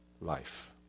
life